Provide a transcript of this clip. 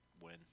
win